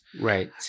Right